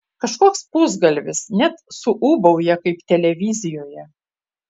kažkoks pusgalvis net suūbauja kaip televizijoje